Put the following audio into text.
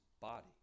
body